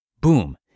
boom